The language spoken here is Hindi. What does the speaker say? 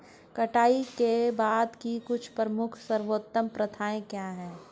कटाई के बाद की कुछ प्रमुख सर्वोत्तम प्रथाएं क्या हैं?